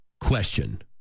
question